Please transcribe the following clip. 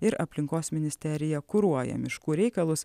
ir aplinkos ministerija kuruoja miškų reikalus